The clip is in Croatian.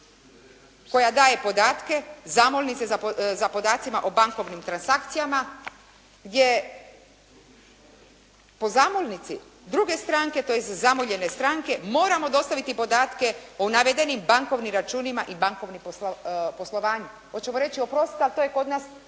koja daje podatke zamolnice sa podacima o bankovnim transakcijama gdje po zamolnici druge stranke tj. zamoljene stranke, moramo dostaviti podatke o navedenim bankovnim računima i bankovnom poslovanju. Hoćemo reći, oprostite ali to je kod nas